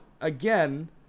again